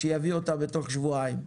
שיביא אותה בתוך שבועיים,